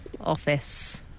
Office